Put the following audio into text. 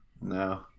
no